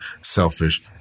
selfish